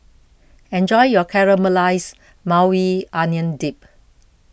enjoy your Caramelized Maui Onion Dip